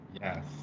Yes